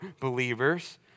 believers